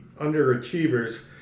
underachievers